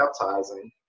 baptizing